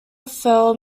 fell